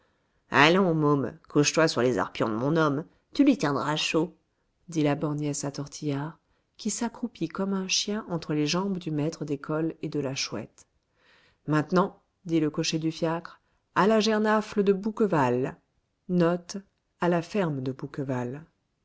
môme couche-toi sur les arpions de mon homme tu lui tiendras chaud dit la borgnesse à tortillard qui s'accroupit comme un chien entre les jambes du maître d'école et de la chouette maintenant dit le cocher du fiacre à la gernaffle de bouqueval